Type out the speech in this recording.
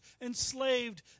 enslaved